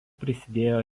prisidėjo